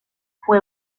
fue